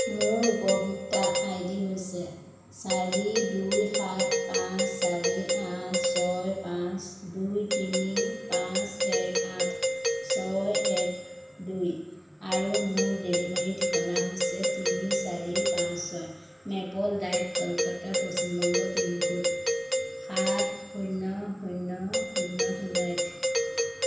মোৰ উপভোক্তা I D হৈছে চাৰি দুই সাত পাঁচ চাৰি আঠ ছয় পাঁচ দুই তিনি পাঁচ এক আঠ ছয় এক দুই আৰু মোৰ ডেলিভাৰী ঠিকনা হৈছে তিনি চাৰি পাঁচ ছয় maple drive Kolkata Paschim Banga pincode সাত শূন্য শূন্য শূন্য শূন্য এক